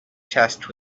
chest